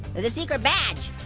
there's a secret badge.